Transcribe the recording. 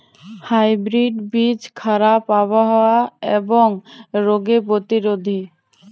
hybrid বীজ খারাপ আবহাওয়া এবং রোগে প্রতিরোধী